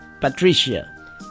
Patricia